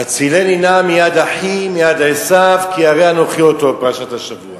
"הצילני נא מיד אחי מיד עשו כי ירא אנכי אותו" פרשת השבוע.